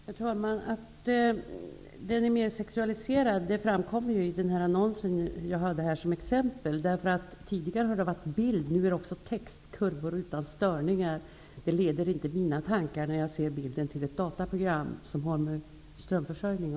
Herr talman! Att reklamen är mer sexualiserad framkommer i den annons som jag nämnde som exempel. Tidigare har det varit fråga om bilder, men nu är det också text: Kurvor utan störningar. När jag ser bilden leds mina tankar inte till ett dataprogram som har att göra med strömförsörjning.